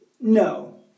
No